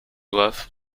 doivent